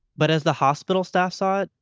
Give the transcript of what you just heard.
but as the hospital staff saw it,